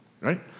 right